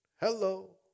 Hello